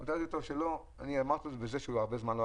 אני בטוח שהוא יעביר את זה.